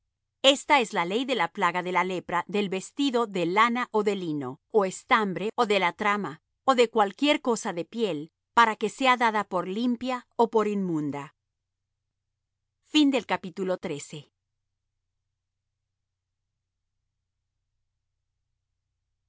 esta es la ley de la plaga de la lepra del vestido de lana ó de lino ó del estambre ó de la trama ó de cualquiera cosa de piel para que sea dada por limpia ó por inmunda y